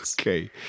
okay